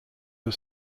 the